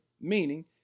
meaning